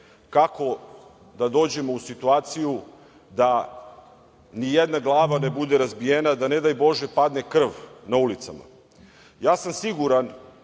kako da dođemo u situaciju da ni jedna glava ne bude razbijena, da ne daj bože padne krv na ulicama. Ja sam siguran